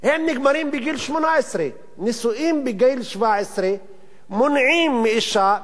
נגמרים בגיל 18. נישואים בגיל 17 מונעים מאשה,